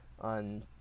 on